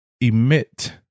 emit